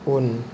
उन